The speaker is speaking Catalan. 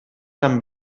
amb